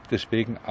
Deswegen